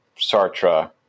Sartre